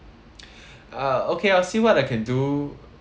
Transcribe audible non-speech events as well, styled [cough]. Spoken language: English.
[breath] ah okay I'll see what I can do